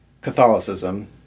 Catholicism